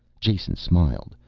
jason smiled,